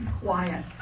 quiet